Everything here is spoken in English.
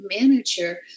manager